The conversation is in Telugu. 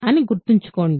అని గుర్తుంచుకోండి